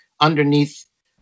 underneath